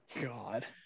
God